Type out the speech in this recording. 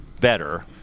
better